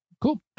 Cool